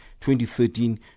2013